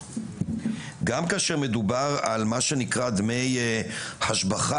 גם כאשר מדובר על מה שנקרא דמי השבחה,